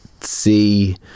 see